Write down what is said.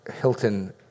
Hilton